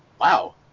wow